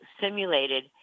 simulated